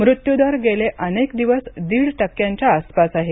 मृत्यूदर गेले अनेक दिवस दीड टक्क्यांच्या आसपास आहे